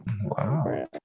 wow